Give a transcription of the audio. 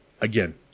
again